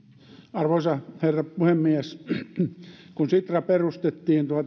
arvoisa herra puhemies kun sitra perustettiin